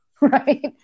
Right